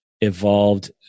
evolved